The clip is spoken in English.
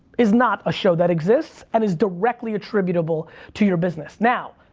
is not a show that exists, and is directly attributable to your business. now,